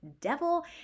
devil